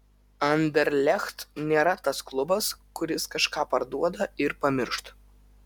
anderlecht nėra tas klubas kuris kažką parduoda ir pamiršta